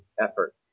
effort